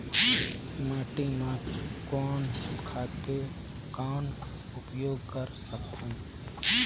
माटी म कोन खातु कौन उपयोग कर सकथन?